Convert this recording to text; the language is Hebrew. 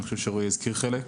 אני חושב שרועי הזכיר חלק.